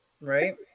right